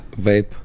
vape